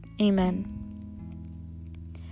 Amen